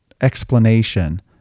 explanation